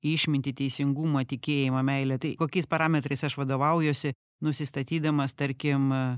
išmintį teisingumą tikėjimą meilę tai kokiais parametrais aš vadovaujuosi nusistatydamas tarkim